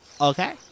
Okay